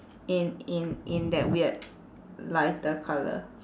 in in in that weird lighter colour